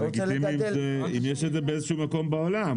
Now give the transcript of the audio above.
זה לגיטימי אם יש את זה באיזה שהוא מקום בעולם.